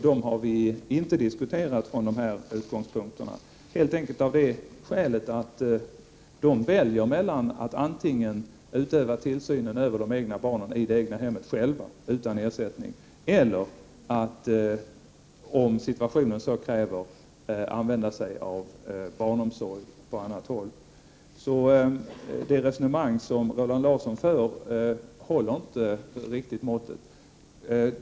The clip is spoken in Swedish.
Dem har vi inte diskuterat från dessa utgångspunkter helt enkelt av det skälet att de väljer mellan att antingen själva utöva tillsynen av de egna barnen i det egna hemmet utan ersättning eller att, om situationen så kräver, använda sig av barnomsorg på annat håll. Det resonemang som Roland Larsson för håller alltså inte riktigt.